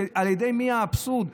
שעל ידי מי האבסורד?